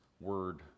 word